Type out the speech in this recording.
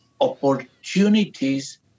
opportunities